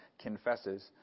confesses